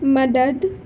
مدد